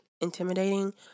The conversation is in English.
intimidating